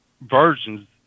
versions